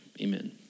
Amen